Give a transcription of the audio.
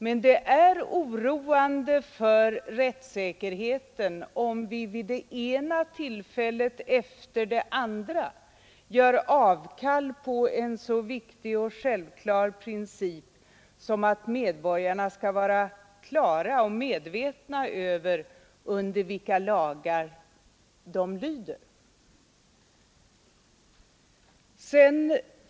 Men det är oroande för rättssäkerheten om vi vid det ena tillfället efter det andra gör avkall på en så viktig och självklar princip som att medborgarna skall vara medvetna om vilka lagar de lyder under.